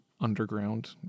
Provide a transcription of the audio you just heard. underground